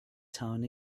town